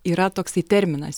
yra toksai terminas